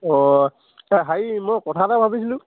অঁ হেৰি মই কথা এটা ভাবিছিলোঁ